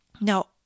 Now